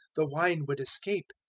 the wine would escape,